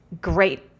great